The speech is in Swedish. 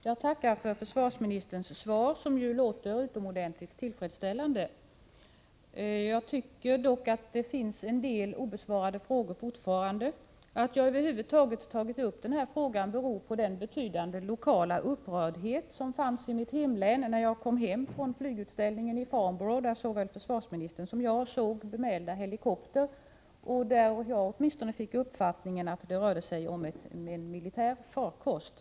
Herr talman! Jag tackar försvarsministern för svaret, som ju låter utomordentligt tillfredsställande. Jag tycker dock att det fortfarande finns en del obesvarade frågor. Att jag över huvud taget har tagit upp frågan beror på den betydande lokala upprördheten i mitt hemlän när jag kom tillbaka från flygutställningen i Farnborough. Där såg såväl försvarsministern som jag den bemälda helikoptern. Åtminstone jag fick den uppfattningen att det rörde sig om en militär farkost.